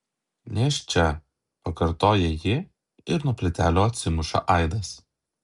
nėščia pakartoja ji ir nuo plytelių atsimuša aidas